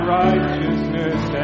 righteousness